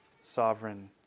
sovereign